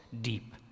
deep